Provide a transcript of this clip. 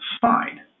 fine